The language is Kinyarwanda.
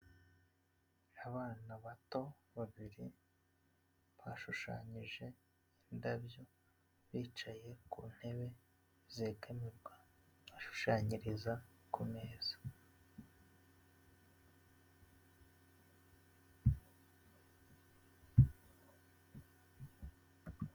Abana bato babiri, bashushanyije indabyo bicaye ku ntebe, zigamirwa bashushanyiriza ku meza.